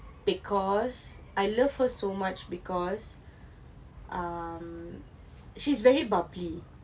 because I love her so much because um she's very bubbly